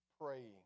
praying